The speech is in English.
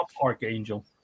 archangel